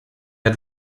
had